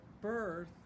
birth